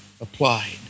applied